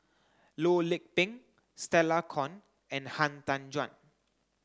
Loh Lik Peng Stella Kon and Han Tan Juan